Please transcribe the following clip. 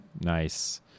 Nice